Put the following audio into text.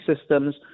systems